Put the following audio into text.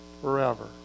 forever